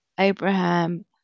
Abraham